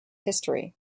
history